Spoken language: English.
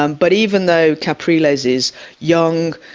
um but even though capriles is young,